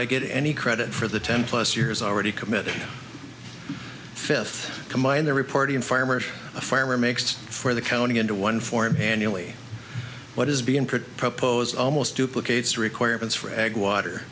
i get any credit for the ten plus years already committed fifth combine the reporting farmer farmer makes for the county into one form manually what is being pretty proposed almost duplicate requirements for ag water